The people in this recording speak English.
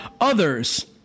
others